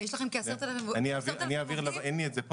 יש לכם כ-10,000 עובדים --- אין לי את זה.